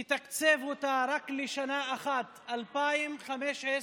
תתקצב אותה רק לשנה אחת, 2015,